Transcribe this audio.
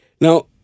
Now